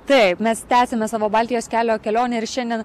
taip mes tęsiame savo baltijos kelio kelionę ir šiandien